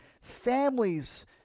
families